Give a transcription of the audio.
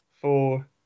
four